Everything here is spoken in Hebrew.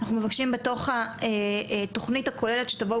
אנחנו מבקשים בתוך התוכנית הכוללת שתבואו